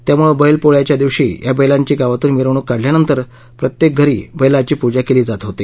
त्यामुळे बैलपोळ्याच्या दिवशी या बैलांची गावातून मिरवणूक काढल्यानंतर प्रत्येक घरी बैलाची पुजा केली जात होती